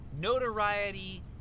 notoriety